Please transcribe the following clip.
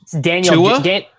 Daniel